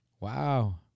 Wow